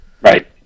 right